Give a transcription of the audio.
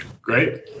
Great